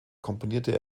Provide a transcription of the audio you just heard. komponierte